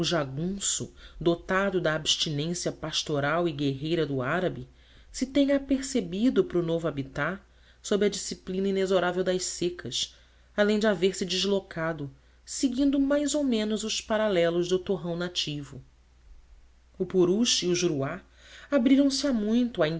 jagunço dotado da abstinência pastoral e guerreira do árabe se tenha apercebido para o novo habitat sob a disciplina inexorável das secas além de haver se deslocado seguindo mais ou menos os paralelos do torrão nativo o purus e o juruá abriram-se há muito